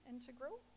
Integral